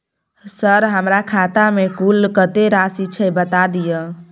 Sir हमरा खाता में कुल कत्ते राशि छै बता दिय?